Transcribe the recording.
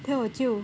then 我就